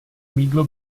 mýdlo